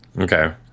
Okay